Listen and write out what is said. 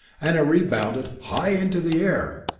and it rebounded high into the air.